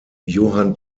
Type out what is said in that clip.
johann